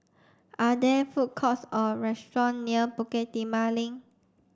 are there food courts or restaurant near Bukit Timah Link